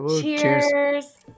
Cheers